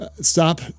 stop